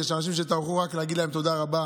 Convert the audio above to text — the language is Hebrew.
יש אנשים שטרחו, רק בשביל להגיד להם תודה רבה.